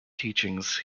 teachings